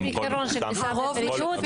הכול מפורסם באתר.